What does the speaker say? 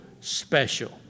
special